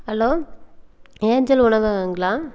hello angel உணவகங்களா